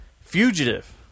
Fugitive